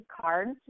cards